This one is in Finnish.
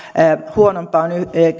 huonomman